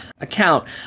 account